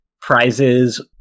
prizes